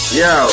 yo